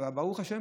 ברוך השם,